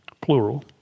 plural